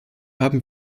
haben